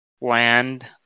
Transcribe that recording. land